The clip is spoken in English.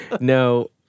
no